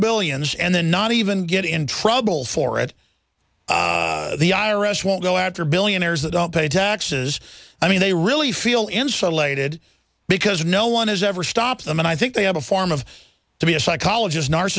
billions and then not even get in trouble for it the i r s won't go after billionaires that don't pay taxes i mean they really feel insulated because no one has ever stopped them and i think they have a form of to be a psychologist n